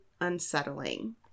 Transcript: unsettling